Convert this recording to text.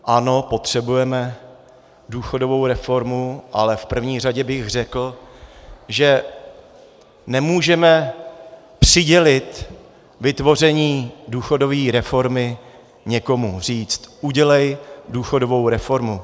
Ano, potřebujeme důchodovou reformu, ale v první řadě bych řekl, že nemůžeme přidělit vytvoření důchodové reformy někomu, říct: Udělej důchodovou reformu!